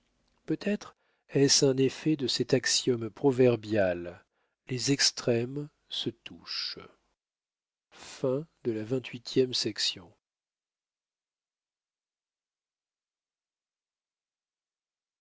peut-être est-ce un effet de cet axiome proverbial les extrêmes se touchent